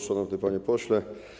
Szanowny Panie Pośle!